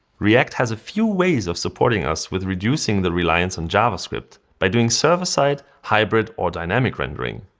react has a few ways of supporting us with reducing the reliance on javascript, by doing server side, hybrid, or dynamic rendering.